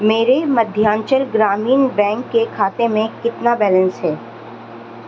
میرے مدھیانچل گرامین بینک کے کھاتے میں کتنا بیلنس ہے